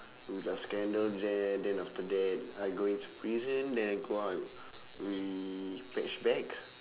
we got scandal there then after that I go into prison then I go out we patch back